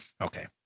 Okay